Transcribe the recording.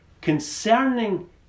concerning